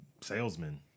salesmen